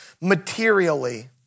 materially